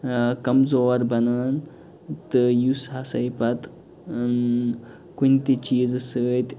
ٲں کَمزور بنان تہٕ یُس ہسا یہِ پتہٕ کُنہِ تہِ چیٖزِ سۭتۍ